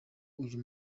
uyu